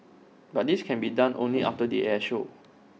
but this can be done only after the air show